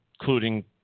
Including